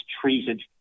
treated